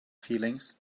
feelings